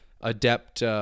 adept